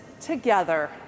together